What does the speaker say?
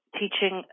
teaching